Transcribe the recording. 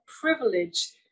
privilege